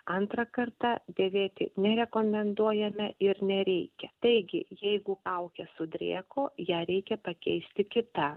antrą kartą dėvėti nerekomenduojame ir nereikia taigi jeigu kaukė sudrėko ją reikia pakeisti kita